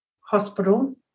hospital